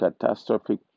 catastrophic